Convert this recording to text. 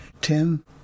Tim